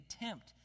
attempt